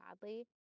badly